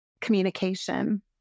communication